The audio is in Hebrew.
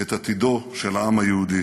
את עתידו של העם היהודי.